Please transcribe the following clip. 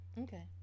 Okay